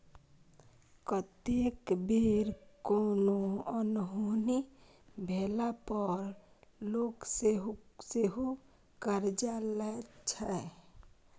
कतेक बेर कोनो अनहोनी भेला पर लोक सेहो करजा लैत छै